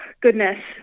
goodness